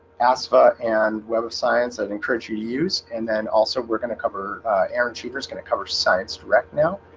assa and web of science i'd encourage you to use and then also we're going to cover aaron severs gonna cover science trek now,